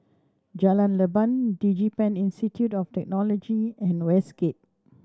Jalan Leban DigiPen Institute of Technology and Westgate